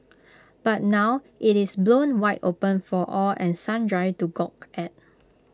but now IT is blown wide open for all and sundry to gawk at